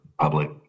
public